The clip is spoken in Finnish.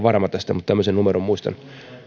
varma tästä mutta tämmöisen numeron muista